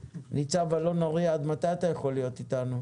ניצב אלון אריה, עד מתי אתה יכול להיות איתנו?